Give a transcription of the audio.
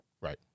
Right